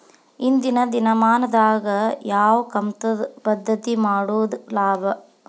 ಇಂದಿನ ದಿನಮಾನದಾಗ ಯಾವ ಕಮತದ ಪದ್ಧತಿ ಮಾಡುದ ಲಾಭ?